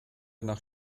nach